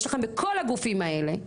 יש לכם בכל הגופים האלה,